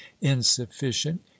insufficient